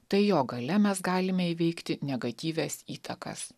tai jo galia mes galime įveikti negatyvias įtakas